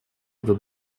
этот